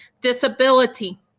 disability